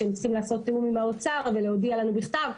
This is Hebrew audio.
שהם צריכים לעשות תיאום עם האוצר ולהודיע לנו בכתב.